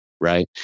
right